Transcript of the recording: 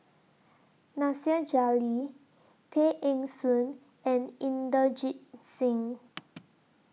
Nasir Jalil Tay Eng Soon and Inderjit Singh